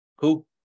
Cool